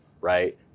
right